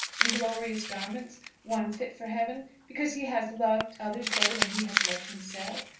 in glorious garments one fit for heaven, because he has loved others better than he has loved himself,